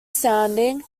sounding